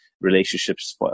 relationships